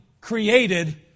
created